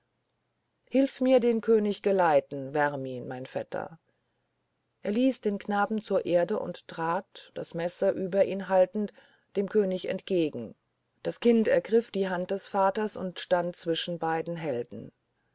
hilf mir den könig geleiten hermin mein vetter er ließ den knaben zur erde und trat das messer über ihn haltend dem könig entgegen das kind ergriff die hand des vaters und stand zwischen beiden helden